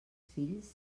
fills